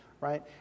right